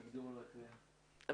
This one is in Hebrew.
אתה